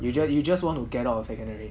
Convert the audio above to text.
you just you just want to get out of secondary